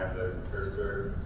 cursor,